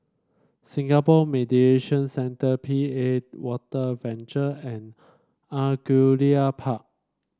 Singapore Mediation Centre P A Water Venture and Angullia Park